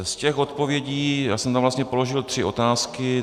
Z těch odpovědí já jsem tam vlastně položil tři otázky.